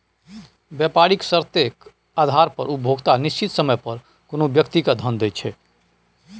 बेपारिक शर्तेक आधार पर उपभोक्ता निश्चित समय पर कोनो व्यक्ति केँ धन दैत छै